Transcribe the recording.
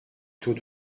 taux